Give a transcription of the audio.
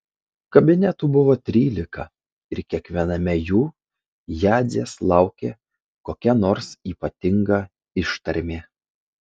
kabinetų buvo trylika ir kiekviename jų jadzės laukė kokia nors ypatinga ištarmė